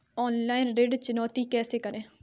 Online ऋण चुकौती कैसे करें?